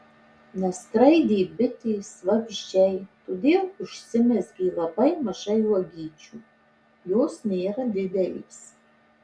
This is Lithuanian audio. neskraidė bitės vabzdžiai todėl užsimezgė labai mažai uogyčių jos nėra didelės